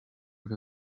with